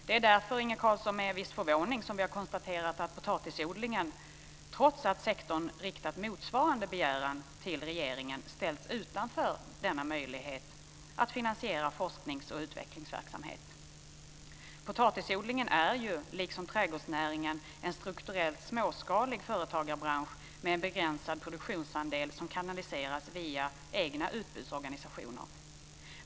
Det är därför, Inge Carlsson, med viss förvåning som vi har konstaterat att potatisodlingen, trots att sektorn riktat motsvarande begäran till regeringen, ställts utanför denna möjlighet att finansiera forsknings och utvecklingsverksamhet. Potatisodlingen är liksom trädgårdsnäringen en strukturellt småskalig företagarbransch med en begränsad produktionsandel som kanaliseras via egna utbudsorganisationer.